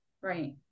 Right